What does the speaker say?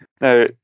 now